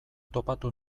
topatu